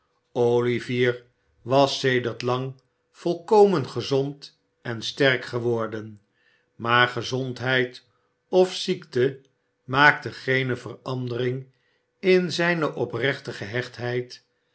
olivier was sedert lang volkomen gezond en sterk geworden maar gezondheid of ziekte maakten geene verandering in zijne oprechte gehechtheid